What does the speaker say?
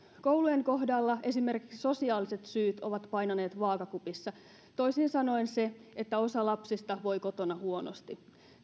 koulujen kohdalla esimerkiksi sosiaaliset syyt ovat painaneet vaakakupissa toisin sanoen se että osa lapsista voi kotona huonosti